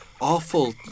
awful